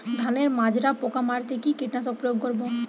ধানের মাজরা পোকা মারতে কি কীটনাশক প্রয়োগ করব?